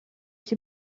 ich